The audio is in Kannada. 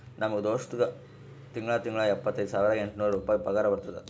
ನಮ್ ದೋಸ್ತ್ಗಾ ತಿಂಗಳಾ ತಿಂಗಳಾ ಇಪ್ಪತೈದ ಸಾವಿರದ ಎಂಟ ನೂರ್ ರುಪಾಯಿ ಪಗಾರ ಬರ್ತುದ್